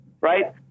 Right